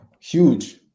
huge